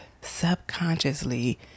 subconsciously